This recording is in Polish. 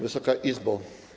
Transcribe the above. Wysoka Izbo!